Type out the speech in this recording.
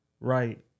Right